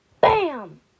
BAM